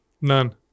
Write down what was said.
none